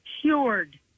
cured